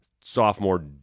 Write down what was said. sophomore